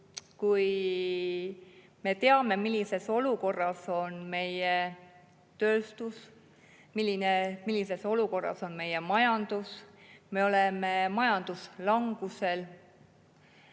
kui me teame, millises olukorras on meie tööstus, millises olukorras on meie majandus. Me oleme majanduslangusega